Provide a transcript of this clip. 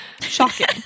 Shocking